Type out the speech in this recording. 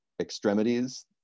extremities